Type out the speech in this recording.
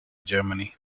germany